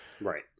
Right